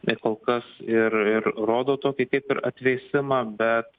ir kol kas ir ir rodo tokį kaip ir atvėsimą bet